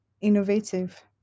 innovative